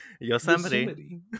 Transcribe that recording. Yosemite